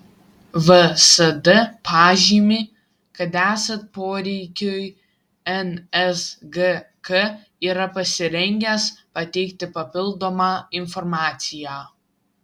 vsd pažymi kad esant poreikiui nsgk yra pasirengęs pateikti papildomą informaciją